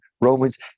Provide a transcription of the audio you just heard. romans